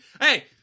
Hey